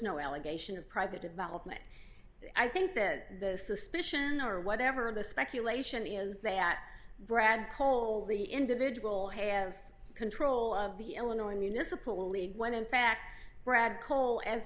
no allegation of private development i think that the suspicion or whatever the speculation is that brad kohl the individual has control of the illinois municipal league when in fact brad cole as